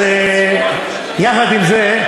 אז יחד עם זה,